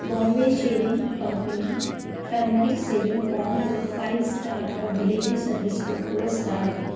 Bombay shaving company turmeric shaving foam को five star और delivery service को फोर स्टार दें